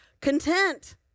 content